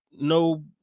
no